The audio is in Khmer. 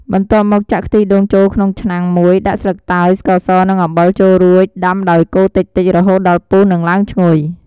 បន្ទាប់មកចាក់ខ្ទិះដូងចូលក្នុងឆ្នាំងមួយ ដាក់ស្លឹកតើយ ស្ករស និងអំបិលចូលរួច ដាំដោយកូរតិចៗរហូតដល់ពុះនិងឡើងឈ្ងុយ។